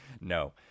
No